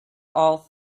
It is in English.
all